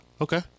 okay